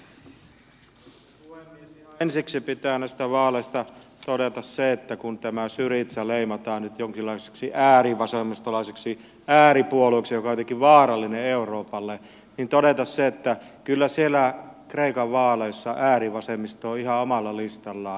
ihan ensiksi pitää näistä vaaleista todeta se että kun tämä syriza leimataan nyt jonkinlaiseksi äärivasemmistolaiseksi ääripuolueeksi joka on jotenkin vaarallinen euroopalle niin kyllä siellä kreikan vaaleissa äärivasemmisto on ihan omalla listallaan